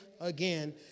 again